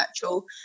virtual